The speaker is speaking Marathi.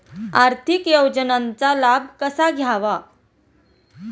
आर्थिक योजनांचा लाभ कसा घ्यावा?